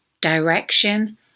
direction